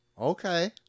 okay